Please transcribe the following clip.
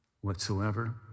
whatsoever